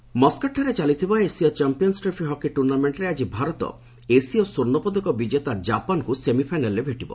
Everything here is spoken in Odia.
ହକି ମସ୍କାଟ୍ରେ ଚାଲିଥିବା ଏସୀୟ ଚମ୍ପିୟନ୍ନ ଟ୍ରଫି ଟୁର୍ଣ୍ଣାମେଣ୍ଟ୍ରେ ଆଜି ଭାରତ ଏସୀୟ ସ୍ୱର୍ଣ୍ଣପଦକ ବିଜେତା ଜାପାନକୁ ସେମିଫାଇନାଲ୍ରେ ଭେଟିବ